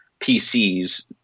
PCs